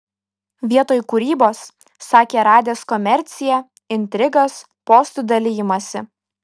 vietoj kūrybos sakė radęs komerciją intrigas postų dalijimąsi